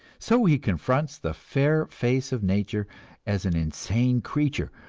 so he confronts the fair face of nature as an insane creature,